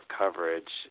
coverage